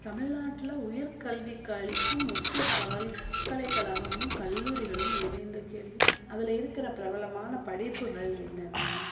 தமிழ்நாட்டில் உயர் கல்விக்கு அளிக்கும் முக்கிய பல்கலைக்கழகமும் கல்லூரிகளும் எவையென்ற கேள்வி அதில் இருக்கிற பிரபலமான படிப்புகள் என்னென்ன